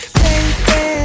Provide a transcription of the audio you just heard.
baby